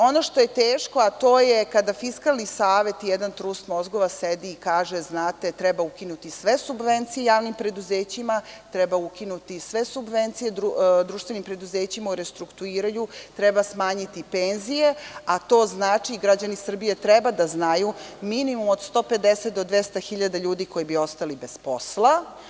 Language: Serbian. Ono što je teško, a to je kada Fiskalni savet i jedan trust mozgova sedi i kaže – znate, treba ukinuti sve subvencije javnim preduzećima, treba ukinuti i sve subvencije društvenim preduzećima u restrukturiranju, treba smanjiti penzije, a to znači, građani Srbije treba da znaju, minimum od 150.000 do 200.000 ljudi koji bi ostali bez posla.